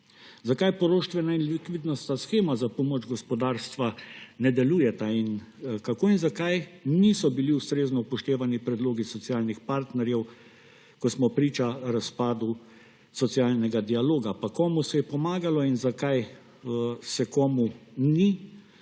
Zakaj poroštvena in likvidnostna shema za pomoč gospodarstvu ne delujeta? Kako in zakaj niso bili ustrezno upoštevani predlogi socialnih partnerjev, ko smo priča razpadu socialnega dialoga? Komu se je pomagalo in zakaj se komu ni?